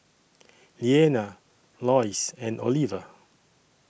Leana Loyce and Oliva